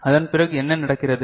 அதன் பிறகு என்ன நடக்கிறது